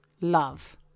love